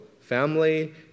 family